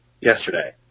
yesterday